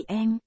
em